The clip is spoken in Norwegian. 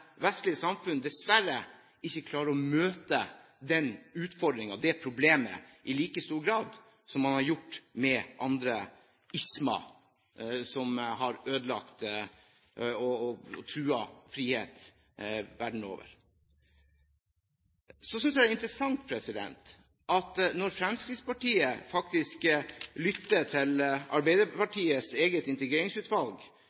vestlige samfunn dessverre ikke klarer å møte den utfordringen og det problemet i like stor grad som man har gjort med andre ismer som har ødelagt og truet frihet verden over. Så synes jeg det er interessant at når Fremskrittspartiet lytter til